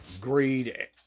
Greed